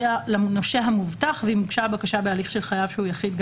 ולנושה המובטח ואם הוגשה הבקשה בהליך של חייב שהוא יחיד,